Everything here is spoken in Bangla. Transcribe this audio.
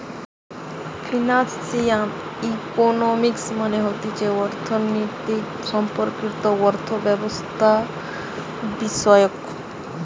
ফিনান্সিয়াল ইকোনমিক্স মানে হতিছে অর্থনীতি সম্পর্কিত অর্থব্যবস্থাবিষয়ক